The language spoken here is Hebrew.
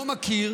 לא מכיר.